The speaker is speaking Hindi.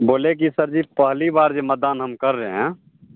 बोले कि सर जी पहली बार जो मतदान हम कर रहे हैं